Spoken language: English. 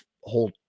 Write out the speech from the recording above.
whole